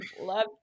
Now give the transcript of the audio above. love